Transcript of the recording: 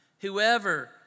Whoever